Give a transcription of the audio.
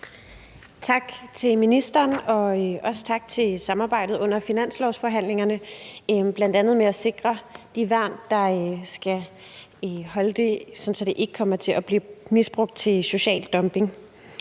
Tak til ministeren, og også tak for samarbejdet under finanslovsforhandlingerne, bl.a. med at sikre de værn, der skal holde det, sådan at det ikke kommer til at blive misbrugt til social dumping.